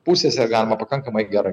pusėse galima pakankamai gerai